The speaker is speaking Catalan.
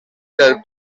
del